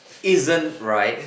isn't right